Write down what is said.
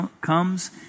comes